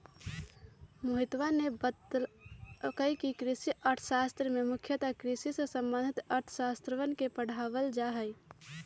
मोहितवा ने बतल कई कि कृषि अर्थशास्त्र में मुख्यतः कृषि से संबंधित अर्थशास्त्रवन के पढ़ावल जाहई